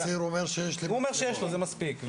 הוא אומר שיש לו, זה מספיק.